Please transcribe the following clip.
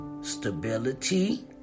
stability